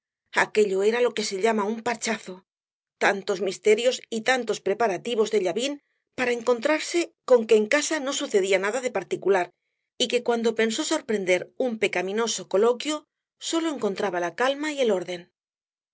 aquello era lo que se llama un parchazo tantos misterios y tantos preparativos de llavín para encontrarse con que en casa no sucedía nada de particular y que cuando pensó sorprender un pecaminoso coloquio sólo encontraba la calma y el orden